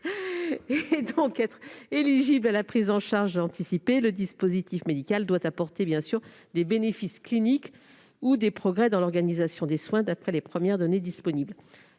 et donc être éligible à la prise en charge anticipée, le dispositif médical doit apporter des bénéfices cliniques ou des progrès dans l'organisation des soins, d'après les premières données disponibles.